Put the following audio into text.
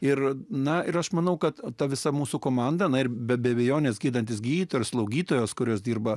ir na ir aš manau kad ta visa mūsų komanda na ir be abejonės gydantis gydytojas slaugytojos kurios dirba